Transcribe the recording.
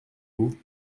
vous